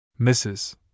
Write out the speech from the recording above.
Mrs